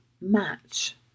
match